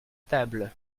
table